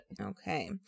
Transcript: Okay